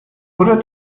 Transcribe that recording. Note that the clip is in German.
oder